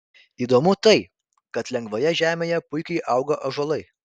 įdomu tai kad lengvoje žemėje puikiai auga ąžuolai